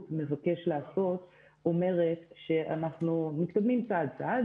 מבקש לעשות אומרת שאנחנו מתקדמים צעד-צעד.